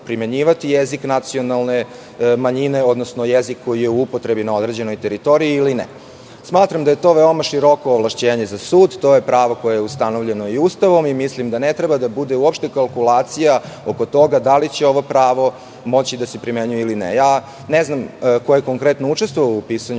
primenjivati jezik nacionalne manjine, odnosno jezik koji je u upotrebi na određenoj teritoriji ili ne. Smatram da je to veoma široko ovlašćenje za sud. To je pravo koje je ustanovljeno i Ustavom. Mislim da ne treba uopšte da bude kalkulacija oko toga da li će ovo pravo moći da se primenjuje ili ne. Ne znam ko je konkretno učestvovao u pisanju